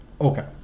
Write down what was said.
Okay